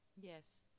Yes